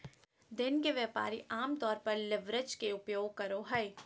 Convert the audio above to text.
दिन के व्यापारी आमतौर पर लीवरेज के उपयोग करो हइ